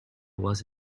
was